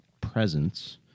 Presence